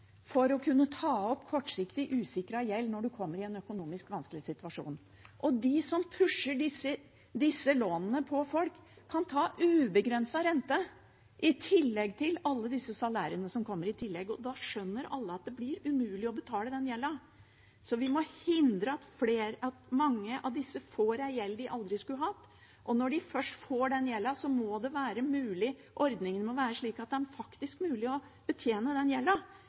for å kunne ta opp kortsiktig, usikret gjeld når du kommer i en økonomisk vanskelig situasjon. De som pusher disse lånene på folk, kan ta ubegrenset rente, og alle disse salærene som kommer i tillegg. Da skjønner alle at det blir umulig å betale gjelda. Vi må hindre at mange av disse får en gjeld de aldri skulle hatt, og når de først får den gjelda, må ordningene være slik at det faktisk er mulig å betjene gjelda. For ellers må folk f.eks. inn i gjeldsordningen, som representanten Foss nevnte. Jeg er veldig glad for at vi har den,